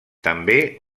també